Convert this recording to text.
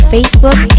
Facebook